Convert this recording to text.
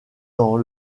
dans